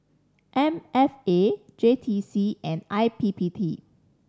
M F A J T C and I P P T